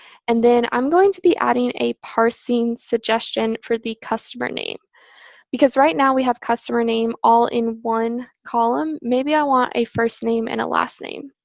and then i'm going to be adding a parsing suggestion for the customer name because right, now we have customer name all in one column. maybe i want a first name and a last name.